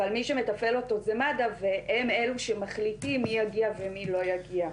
אבל מי שמתפעל אותו זה מד"א והם אלו שמחליטים מי יגיע ומי לא יגיע.